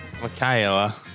Michaela